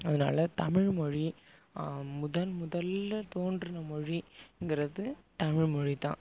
அதனால் தமிழ்மொழி முதன்முதல்ல தோன்றின மொழி ங்கிறது தமிழ்மொழிதான்